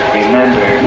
remember